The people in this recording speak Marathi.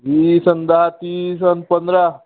बीस आणि दहा तीस आणि पंधरा